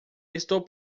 estou